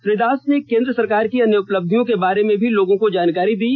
श्री दास ने केंद्र सरकार की अन्य उपलब्धियों के बारे में भी लोगों को जानकारी दी